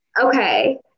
Okay